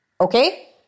Okay